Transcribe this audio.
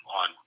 on